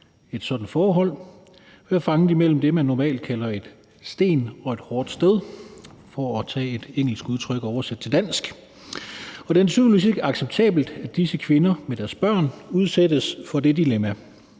et sådant forhold, være fanget imellem en sten og et hårdt sted – for at tage et engelsk udtryk og oversætte det til dansk. Og det er naturligvis ikke acceptabelt, at disse kvinder og deres børn udsættes for det dilemma.